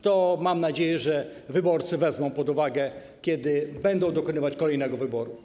To, mam nadzieję, wyborcy wezmą pod uwagę, kiedy będą dokonywać kolejnego wyboru.